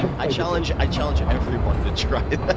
i challenge i challenge everyone to try that.